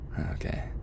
okay